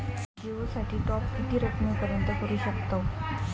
जिओ साठी टॉप किती रकमेपर्यंत करू शकतव?